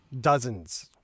dozens